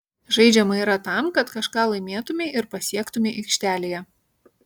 žaidžiama yra tam kad kažką laimėtumei ir pasiektumei aikštelėje